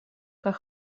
как